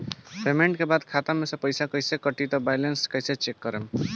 Payment के बाद खाता मे से पैसा कटी त बैलेंस कैसे चेक करेम?